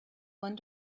one